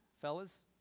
fellas